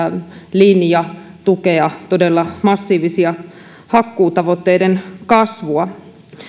linja tukea todella massiivisten hakkuutavoitteiden kasvua